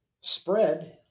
spread